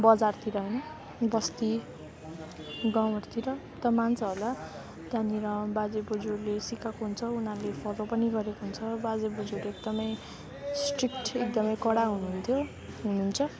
बजारतिर होइन बस्ती गाउँहरूतिर त मान्छ होला त्यहाँनिर बाजेबोजूहरूले सिकाएको हुन्छ उनीहरूले फोलो पनि गरेको हुन्छ बाजेबोजहरू एकदमै स्ट्रिक्ट एकदमै कडा हुनुहुन्थ्यो हुनुहुन्छ